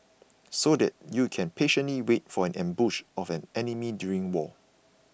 so that you can patiently wait for an ambush of an enemy during war